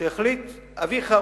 שהחליט עליו אביך,